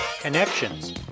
Connections